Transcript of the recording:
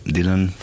Dylan